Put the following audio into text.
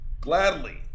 gladly